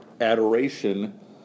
adoration